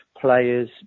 players